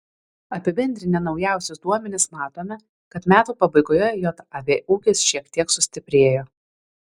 apibendrinę naujausius duomenis matome kad metų pabaigoje jav ūkis šiek tiek sustiprėjo